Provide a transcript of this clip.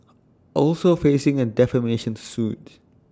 also facing A defamation suit